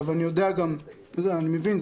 אני מבין,